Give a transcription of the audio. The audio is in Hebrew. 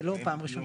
זה לא פעם ראשונה.